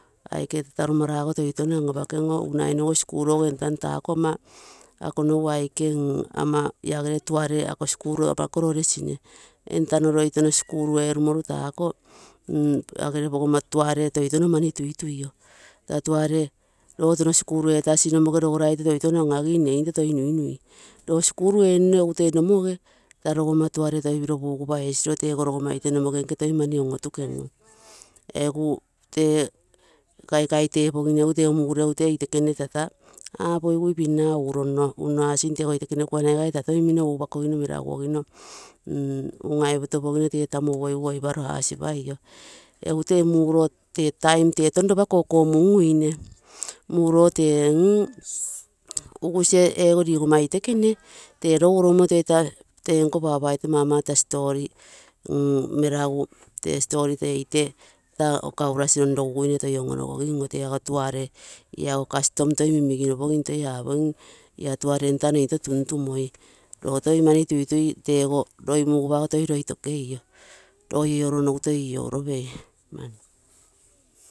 Aike tataru mara ogo toi touno an apakenoo, nagai nogo skul ogo entano takoo pogoma akonogu aike ana elgere tuare ako skul ama koro lesine entano loi touno skul erumonu taako iaa gere pogoma tuare toi touno mani tuituio. Taa tuare loo touno skul etasi egu nomoge toitouno an agi nne nomoge toi sinto nuinui. Loo skul enino egu tee nomoge rogoma tuare egu toi piro pugupa esiroo, tego rogoma itee nomoge nke toi mani on ontugem oo. Egu tee kaikai tepogino tee mureugu ee itekene tata apogigui pinna uronno unno asin tego itekene kuanai gai tou upakogino meraguogi nno minoo ungai potopogino tee tamuu oiparo asipaio egu tee muroo tee touno ropa kokomunguine. Maroo tee mm ugusiee ego rigonma itekene tee lou oromomo tee nko papa oito mama mauta story meragu tee itee taa kaurasi ronroguine toi on onogogigo. Tuare iago custom toi miginopogim toi apogim laa tuare entano sinto tuntumoi, loo toi mani tuitui, loi mugupa ogo toi loi fokeio, loiee ioio runenogu toi ioio uropei.